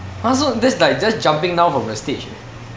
!huh! so that's like just jumping down from the stage eh